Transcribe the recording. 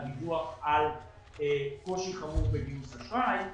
הדיווח על קושי חמור בגיוס אשראי.